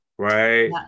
right